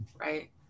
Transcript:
right